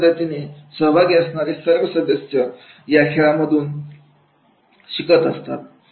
अशा पद्धतीने सहभागी असणारे सर्व सदस्य या खेळामधून शिकत असतात